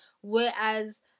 whereas